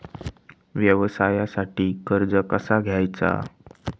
व्यवसायासाठी कर्ज कसा घ्यायचा?